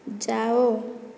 ଯାଅ